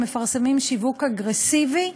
שמפרסמים שיווק אגרסיבי,